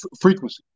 frequency